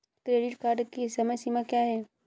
Credit card की समय सीमा क्या है?